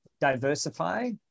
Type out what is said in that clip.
diversify